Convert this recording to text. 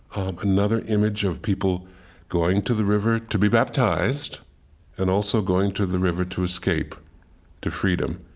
another image of people going to the river to be baptized and also going to the river to escape to freedom.